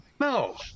no